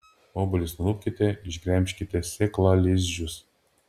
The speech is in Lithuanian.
obuolius nulupkite išgremžkite sėklalizdžius